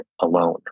alone